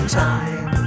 time